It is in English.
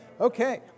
Okay